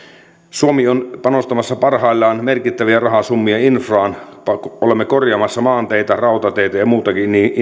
suomi on panostamassa parhaillaan merkittäviä rahasummia infraan olemme korjaamassa maanteitä rautateitä ja muutakin infraa